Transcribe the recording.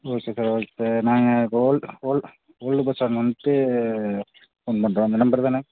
okay sir okay sir நாங்ள் old old old bus stand வந்துட்டு phone பண்ணுறேன் இந்த நம்பர் தானே